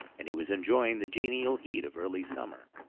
and he was enjoying the genial heat of early summer,